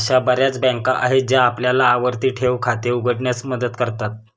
अशा बर्याच बँका आहेत ज्या आपल्याला आवर्ती ठेव खाते उघडण्यास मदत करतात